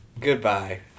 Goodbye